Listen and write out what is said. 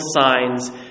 signs